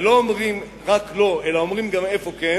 ולא אומרים רק לא אלא אומרים גם איפה כן,